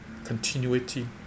continuity